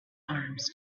arms